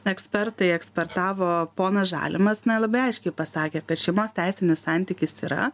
ekspertai ekspertavo ponas žalimas na labai aiškiai pasakė kad šeimos teisinis santykis yra